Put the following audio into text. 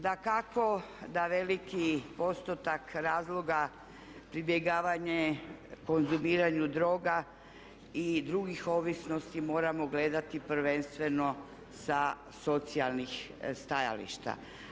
Dakako da veliki postotak razloga pribjegavanje, konzumiranju droga i drugih ovisnosti moramo gledati prvenstveno sa socijalnih stajališta.